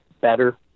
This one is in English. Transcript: better